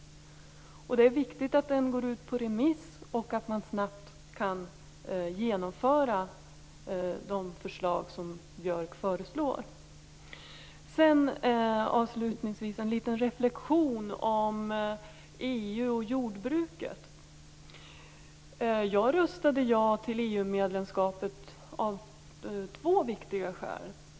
Det är viktigt att utredningen går ut på remiss och att de förslag som Björk har snabbt kan genomföras. Avslutningsvis en liten reflexion över EU och jordbruket. Jag röstade ja till EU-medlemskapet av två viktiga skäl.